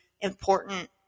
important